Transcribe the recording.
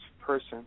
person